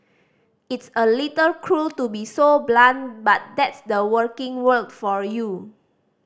it's a little cruel to be so blunt but that's the working world for you